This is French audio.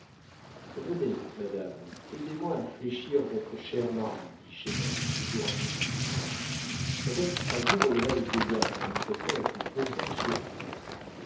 venez madame aidez-moi à fléchir votre cher mari dit chesnel toujours à genoux madame du croisier releva le vieillard en manifestant la plus profonde surprise